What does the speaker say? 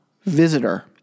Visitor